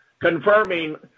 confirming